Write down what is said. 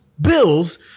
Bills